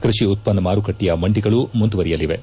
ಕೃಷಿ ಉತ್ತನ್ನ ಮಾರುಕಟ್ಟೆಯ ಮಂಡಿಗಳು ಮಂದುವರಿಯಲಿವೆ